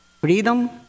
Freedom